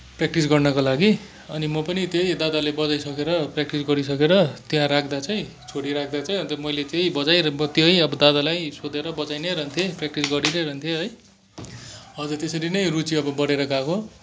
practice गर्नको लागि अनि म पनि त्यही दादाले बजाइसकेर प्र्याक्टिस गरिसकेर त्यहाँ राख्दा चाहिँ छोडिराख्दा चाहिँ अन्त मैले त्यही बजाएँ त्यही अब दादालाई सोधेर बजाइनै रहन्थेँ प्र्याक्टिस गरिनै रहन्थेँ है हजुर त्यसरी नै रुचि अब बढेर गएको